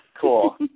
Cool